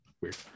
weird